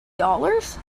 dollars